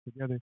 together